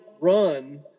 run